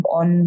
on